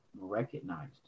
recognized